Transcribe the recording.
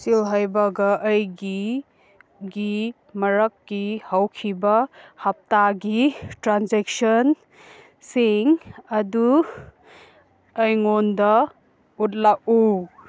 ꯁꯤꯜꯍꯩꯕꯒ ꯑꯩꯒꯤꯒꯤ ꯃꯔꯛꯀꯤ ꯍꯧꯈꯤꯕ ꯍꯞꯇꯥꯒꯤ ꯇ꯭ꯔꯥꯟꯖꯦꯛꯁꯟꯁꯤꯡ ꯑꯗꯨ ꯑꯩꯉꯣꯟꯗ ꯎꯠꯂꯛꯎ